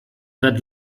that